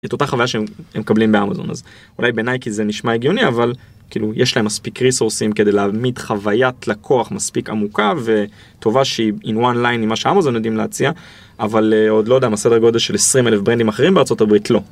את אותה חוויה שהם מקבלים באמזון אז אולי בעיניי כי זה נשמע הגיוני אבל כאילו יש להם מספיק ריסורסים כדי להעמיד חוויית לקוח מספיק עמוקה וטובה שהיא in one line עם מה שאמזון יודעים להציע אבל עוד לא יודע מה סדר גודל של 20 אלף ברנדים אחרים בארה״ב לא.